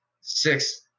six